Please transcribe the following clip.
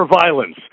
violence